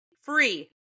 free